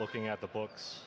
looking at the books